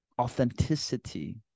authenticity